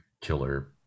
killer